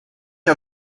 are